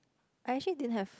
I actually didn't have